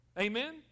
Amen